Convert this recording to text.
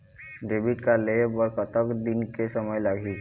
Debit card लेहे बर कतेक दिन के समय लगही?